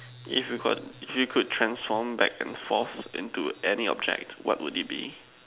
if you got if you could transform back and forth into object what would it be